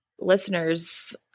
listeners